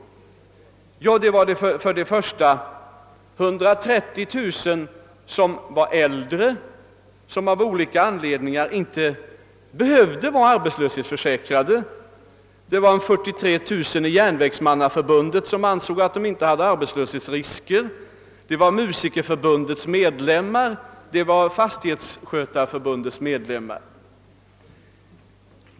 Jo, 130 000 var äldre personer, som av olika anledningar inte behövde vara arbetslöshetsförsäkrade, 43 000 var medlemmar av Järnvägsmannaförbundet som ansåg att de inte hade några arbetslöshetsrisker, det var Musikerförbundets medlemmar och Fastighetsarbetareförbundets medlemmar.